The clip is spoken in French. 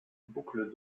boucles